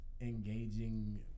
engaging